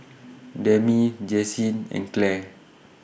Demi Jessye and Clare